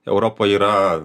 europoj yra